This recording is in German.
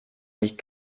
nicht